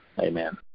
Amen